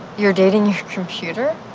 you're dating your computer?